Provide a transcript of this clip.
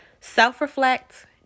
self-reflect